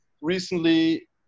recently